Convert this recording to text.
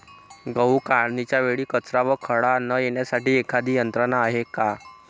गहू काढणीच्या वेळी कचरा व खडा न येण्यासाठी एखादी यंत्रणा आहे का?